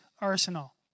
arsenal